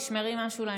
תשמרי משהו להמשך.